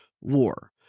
war